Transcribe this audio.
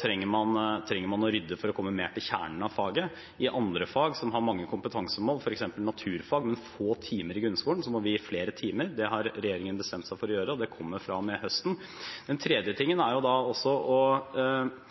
trenger man å rydde i for å komme til kjernen av faget. I andre fag som har mange kompetansemål, som f.eks. naturfag, med få timer i grunnskolen, må vi gi flere timer. Det har regjeringen bestemt seg for å gjøre, og det kommer fra og med høsten. Det tredje er å vurdere om vi kan ha noen overordnede temaer som passer inn i flere fag. Å